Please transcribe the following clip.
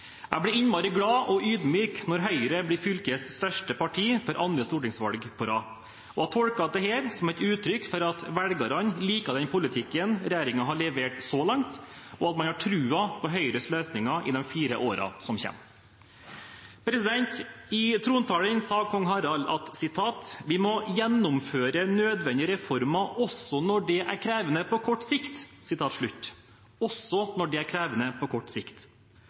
Jeg blir innmari glad og ydmyk når Høyre blir fylkets største parti for andre stortingsvalg på rad. Jeg tolker dette som et uttrykk for at velgerne liker den politikken regjeringen har levert så langt, og at man har troen på Høyres løsninger i de fire årene som kommer. I trontalen sa kong Harald: «Vi må gjennomføre nødvendige reformer, også når det er krevende på kort sikt.» – Også når det er krevende på kort sikt.